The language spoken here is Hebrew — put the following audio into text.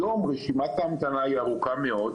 היום רשימת ההמתנה היא ארוכה מאוד,